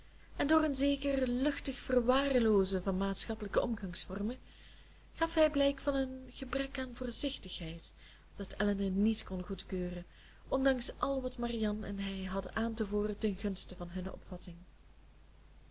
en door een zeker luchtig verwaarloozen van maatschappelijke omgangsvormen gaf hij blijk van een gebrek aan voorzichtigheid dat elinor niet kon goedkeuren ondanks al wat marianne en hij hadden aan te voeren ten gunste van hunne opvatting